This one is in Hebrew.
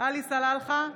עלי סלאלחה,